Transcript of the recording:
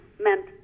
meant